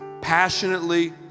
passionately